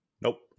Nope